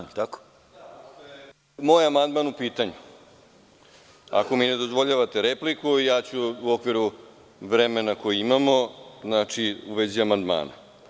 Da, pošto je moj amandman u pitanju, ako mi ne dozvoljavate repliku, ja ću u okviru vremena koje imamo, u vezi amandmana.